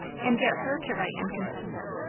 and get her to write and confess it?